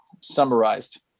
summarized